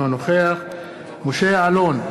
אינו נוכח משה יעלון,